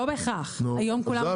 לא בהכרח, היום כולם עובדים עם כולם כבר.